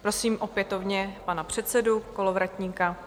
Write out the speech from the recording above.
Prosím opětovně pana předsedu Kolovratníka.